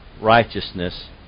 righteousness